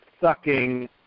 sucking